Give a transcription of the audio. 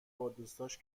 بادوستاش